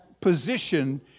position